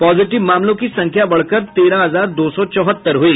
positive मामलों की संख्या बढ़कर तेरह हजार दो सौ चौहत्तर हुई